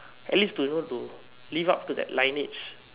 at least to you know to live up to that lineage